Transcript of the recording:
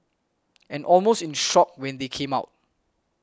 and almost in shock when they came out